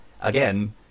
again